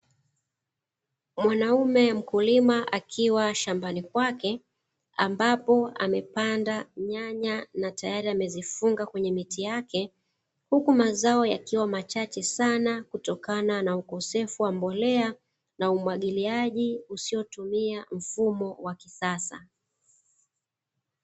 Mwanaume mkulima akiwa shambani kwake, ambapo amepanda nyanya na tayari amezifunga kwenye miti yake, huku mazao yakiwa machache sana kutokana na ukosefu wa mbolea na umwagiliaji usiotumia mfumo wa kisasa.